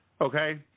Okay